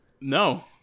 No